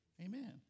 Amen